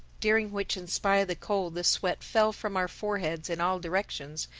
during which in spite of the cold the sweat fell from our foreheads in all directions,